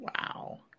Wow